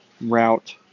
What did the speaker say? route